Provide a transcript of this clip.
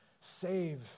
Save